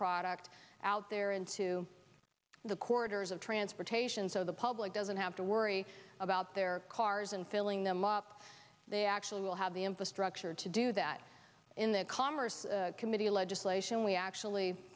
product out there into the corridors of transportation so the public doesn't have to worry about their cars and filling them up they actually will have the infrastructure to do that in the commerce committee legislation we actually